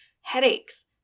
headaches